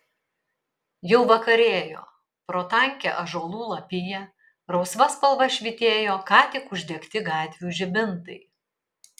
jau vakarėjo pro tankią ąžuolų lapiją rausva spalva švytėjo ką tik uždegti gatvių žibintai